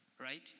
Right